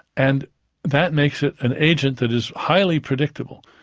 and that makes it an agent that is highly predictable.